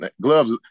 gloves